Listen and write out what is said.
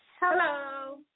Hello